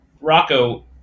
Rocco